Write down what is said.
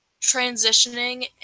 transitioning